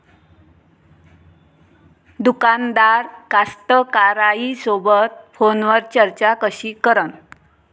दुकानदार कास्तकाराइसोबत फोनवर चर्चा कशी करन?